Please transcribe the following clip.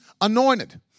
anointed